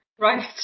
Right